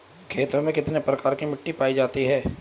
खेतों में कितने प्रकार की मिटी पायी जाती हैं?